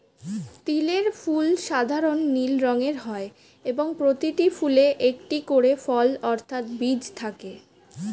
তিলের ফুল সাধারণ নীল রঙের হয় এবং প্রতিটি ফুলে একটি করে ফল অর্থাৎ বীজ থাকে